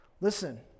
Listen